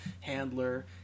Handler